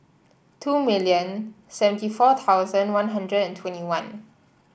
two million seventy four thousand One Hundred and twenty one